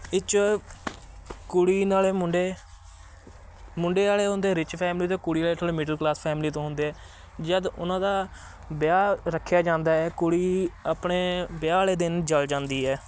ਇਹ 'ਚ ਕੁੜੀ ਨਾਲੇ ਮੁੰਡੇ ਮੁੰਡੇ ਵਾਲੇ ਹੁੰਦੇ ਰਿਚ ਫੈਮਲੀ ਦੇ ਕੁੜੀ ਵਾਲੇ ਥੋੜ੍ਹੇ ਮਿਡਲ ਕਲਾਸ ਫੈਮਲੀ ਤੋਂ ਹੁੰਦੇ ਹੈ ਜਦ ਉਹਨਾਂ ਦਾ ਵਿਆਹ ਰੱਖਿਆ ਜਾਂਦਾ ਹੈ ਕੁੜੀ ਆਪਣੇ ਵਿਆਹ ਵਾਲੇ ਦਿਨ ਜਲ ਜਾਂਦੀ ਹੈ